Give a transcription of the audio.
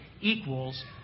equals